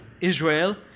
Israel